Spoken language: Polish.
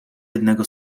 jednego